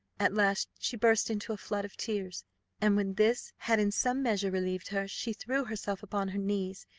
at last she burst into a flood of tears and when this had in some measure relieved her, she threw herself upon her knees,